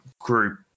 group